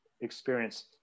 experience